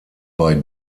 bei